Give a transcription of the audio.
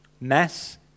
Mass